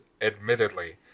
admittedly